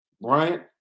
Bryant